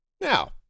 Now